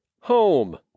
home